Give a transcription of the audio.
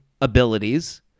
abilities